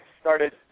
started